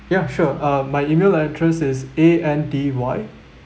yeah sure uh my email address is A N D Y